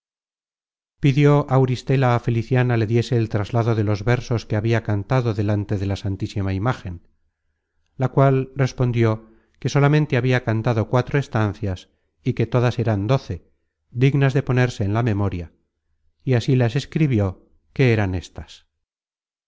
pidió auristela á feliciana le diese el traslado de los versos que habia cantado delante de la santísima imágen la cual respondió que solamente habia cantado cuatro estancias y que todas eran doce dignas de ponerse en la memoria y así las escribió que eran éstas